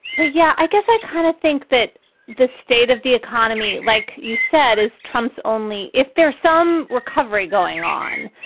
but yeah, i guess i kind of think that the state of the economy, like you said, is trump's only if there's some recovery going on,